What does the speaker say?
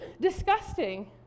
disgusting